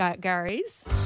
Gary's